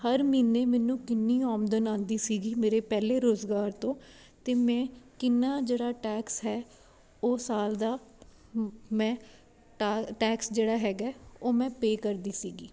ਹਰ ਮਹੀਨੇ ਮੈਨੂੰ ਕਿੰਨੀ ਆਮਦਨ ਆਉਂਦੀ ਸੀਗੀ ਮੇਰੇ ਪਹਿਲੇ ਰੋਜਗਾਰ ਤੋਂ ਤੇ ਮੈਂ ਕਿੰਨਾ ਜਿਹੜਾ ਟੈਕਸ ਹੈ ਉਹ ਸਾਲ ਦਾ ਮੈਂ ਟੈਕਸ ਜਿਹੜਾ ਹੈਗਾ ਉਹ ਮੈਂ ਪੇਅ ਕਰਦੀ ਸੀਗੀ